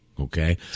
okay